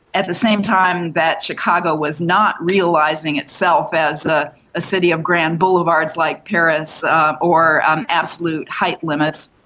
at the same time that chicago was not realising itself as a ah city of grand boulevards like paris or um absolute height limits,